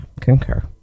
concur